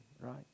right